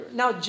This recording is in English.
now